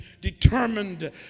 determined